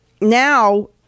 now